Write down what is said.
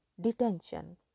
detention